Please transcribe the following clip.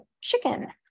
chicken